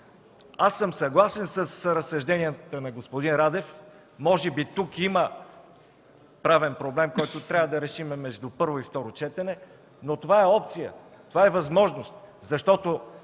Аз съм съгласен с разсъжденията на господин Радев. Може би тук има правен проблем, който трябва да решим между първо и второ четене, но това е опция, защото